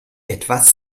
etwas